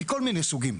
מכל מיני סוגים.